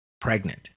pregnant